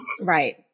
Right